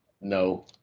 No